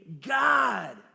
God